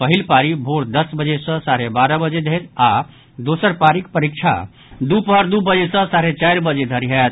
पहिल पारी भोर दस बजे सँ साढ़े बारह बजे धरि आओर दोसर पारीक परीक्षा दूपहर दू बजे सँ साढ़े चारि बजे धरि होयत